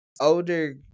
older